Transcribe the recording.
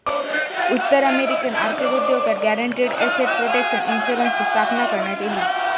उत्तर अमेरिकन आर्थिक उद्योगात गॅरंटीड एसेट प्रोटेक्शन इन्शुरन्सची स्थापना करण्यात इली